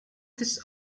this